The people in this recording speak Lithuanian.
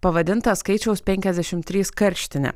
pavadinta skaičiaus pekiasdešimt trys karštinė